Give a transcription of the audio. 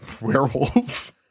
werewolves